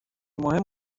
مهم